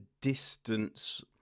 distance